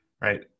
right